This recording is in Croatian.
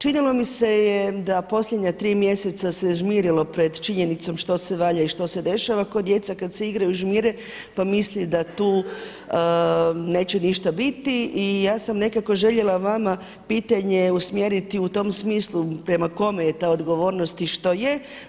Činilo mi se je da posljednja tri mjeseca se žmirilo pred činjenicom što se valja i što se dešava ko djeca kada se igraju žmire pa misli da tu neće ništa biti i ja sam nekako željela vama pitanje usmjeriti u tom smislu prema kome je ta odgovornost i što je.